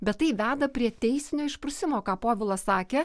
bet tai veda prie teisinio išprusimo ką povilas sakė